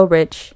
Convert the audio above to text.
rich